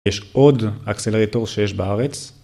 יש עוד אקסלרטור שיש בארץ.